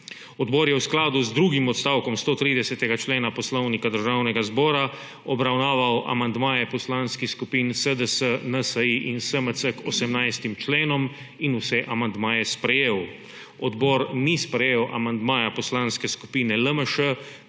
Odbor je skladu z drugim odstavkom 130. člena Poslovnika Državnega zbora obravnaval amandmaje poslanskih skupin SDS, NSi in SMC k 18 členom in vse amandmaje sprejel. Odbor ni sprejel amandmaja Poslanske skupine LMŠ